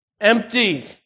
empty